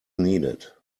needed